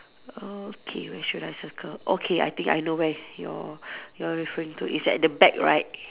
okay where should I circle okay I think I know where you're you're referring to it's at the back right